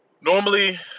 normally